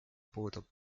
puudub